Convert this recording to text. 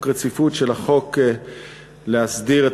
החלת דין הרציפות על החוק שבא להסדיר את